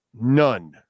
None